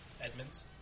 Edmonds